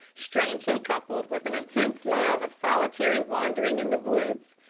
strangely coupled with an intense love of solitary wandering in the woods.